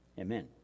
Amen